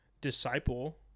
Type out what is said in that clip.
disciple